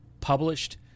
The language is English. published